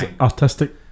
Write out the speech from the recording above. artistic